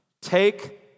take